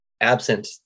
absent